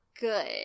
good